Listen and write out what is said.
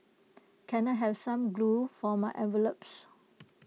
can I have some glue for my envelopes